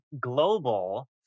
global